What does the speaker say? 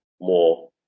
more